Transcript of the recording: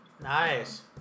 nice